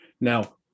Now